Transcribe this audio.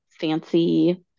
fancy